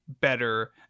Better